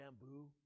bamboo